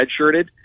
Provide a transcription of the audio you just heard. redshirted